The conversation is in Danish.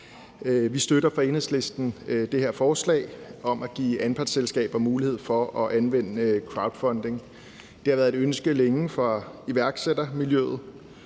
vi fra Enhedslisten støtter det her forslag om at give anpartsselskaber mulighed for at anvende crowdfunding. Det har været et ønske længe fra iværksættermiljøet